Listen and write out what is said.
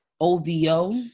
OVO